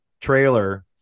trailer